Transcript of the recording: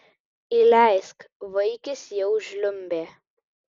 įleisk vaikis jau žliumbė